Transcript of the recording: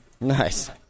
Nice